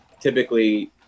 typically